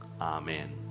Amen